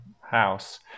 house